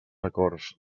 acords